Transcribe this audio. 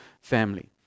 family